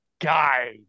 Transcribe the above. guy